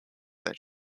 that